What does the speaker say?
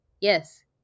Yes